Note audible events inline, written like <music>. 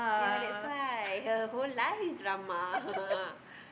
ya that's why her whole life drama <laughs>